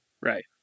Right